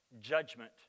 judgment